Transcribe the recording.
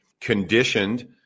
conditioned